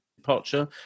Departure